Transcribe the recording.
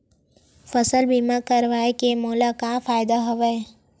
फसल बीमा करवाय के मोला का फ़ायदा हवय?